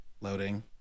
Loading